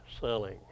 selling